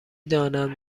دانم